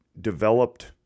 developed